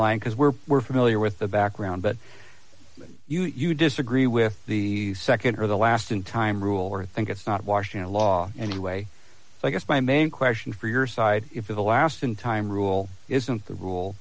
line because we're we're familiar with the background but you disagree with the nd or the last in time rule or think it's not washington law anyway i guess my main question for your side if the last in time rule isn't the rule